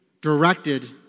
Directed